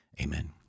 amen